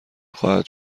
خواهد